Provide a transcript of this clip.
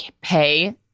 pay